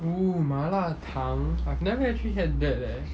oo 麻辣汤 I've never actually had that leh